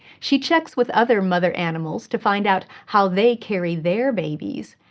she checks with other mother animals to find out how they carry their babies,